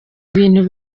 ibintu